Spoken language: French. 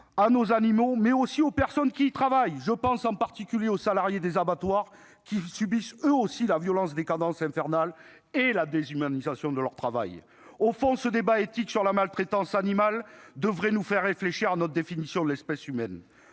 à nos animaux, ainsi qu'aux personnes qui travaillent auprès d'eux, notamment les salariés des abattoirs, qui subissent la violence des cadences infernales et la déshumanisation de leur travail ? Au fond, le débat éthique sur la maltraitance animale devrait nous faire réfléchir à notre définition de l'espèce humaine,